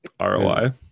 ROI